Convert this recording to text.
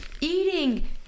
eating